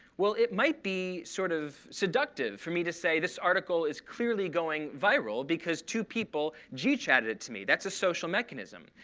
well, it might be sort of seductive for me to say, this article is clearly going viral, because two people gchatted it to me. that's a social mechanism.